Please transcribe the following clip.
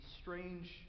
strange